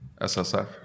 SSF